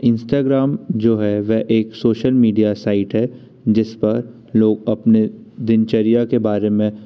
Instagram जो है वह एक सोशल मीडिया साइट है जिस पर लोग अपने दिनचर्या के बारे में